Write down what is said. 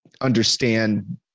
understand